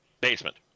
Basement